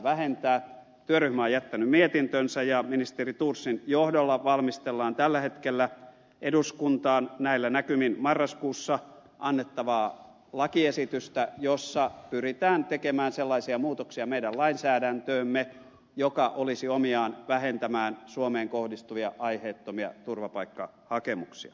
työryhmä on jättänyt mietintönsä ja ministeri thorsin johdolla valmistellaan tällä hetkellä eduskuntaan näillä näkymin marraskuussa annettavaa lakiesitystä jossa pyritään tekemään meidän lainsäädäntöömme sellaisia muutoksia jotka olisivat omiaan vähentämään suomeen kohdistuvia aiheettomia turvapaikkahakemuksia